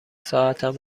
ساعتم